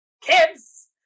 kids